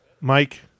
Mike